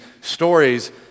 stories